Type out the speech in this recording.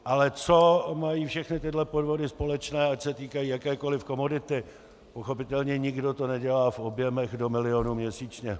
Ale co mají všechny tyto podvody společné, ať se týkají jakékoli komodity pochopitelně nikdo to nedělá v objemech do milionu měsíčně.